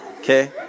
Okay